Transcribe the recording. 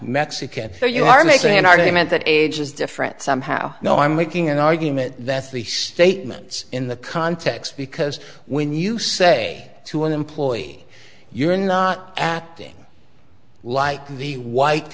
mexican so you are making an argument that age is different somehow no i'm making an argument that the statements in the context because when you say to an employee you're not acting like the white